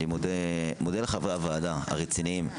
אני מודה לחביר הוועדה הרציניים.